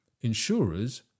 insurers